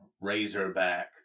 Razorback